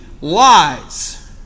lies